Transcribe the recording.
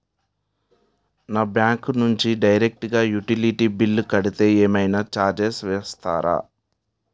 నా బ్యాంక్ నుంచి డైరెక్ట్ గా యుటిలిటీ బిల్ కడితే ఏమైనా చార్జెస్ వేస్తారా?